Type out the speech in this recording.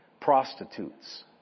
Prostitutes